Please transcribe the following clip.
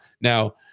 now